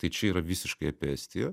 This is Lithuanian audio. tai čia yra visiškai apie estiją